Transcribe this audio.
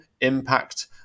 impact